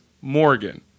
Morgan